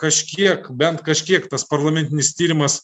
kažkiek bent kažkiek tas parlamentinis tyrimas